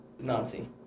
Nazi